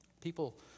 People